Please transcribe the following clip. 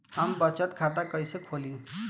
हम बचत खाता कइसे खोलीं?